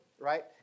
right